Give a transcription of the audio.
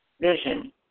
vision